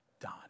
done